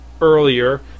earlier